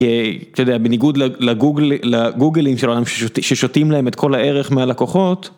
בניגוד לגוגלים של העולם ששותים להם את כל הערך מהלקוחות.